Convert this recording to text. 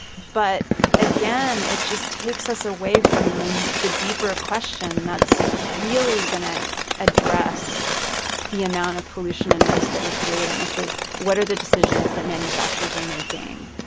but again, it just takes us away from the deeper question that's really going to address the amount of pollution and waste that we're creating, which is, what are the decisions that manufacturers are making?